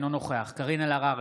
אינו נוכח קארין אלהרר,